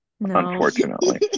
unfortunately